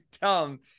dumb